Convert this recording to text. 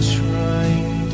trying